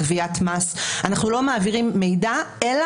אנחנו לא מעבירים מידע לגביית מס,